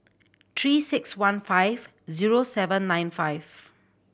Three Six One five zero seven nine five